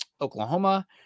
Oklahoma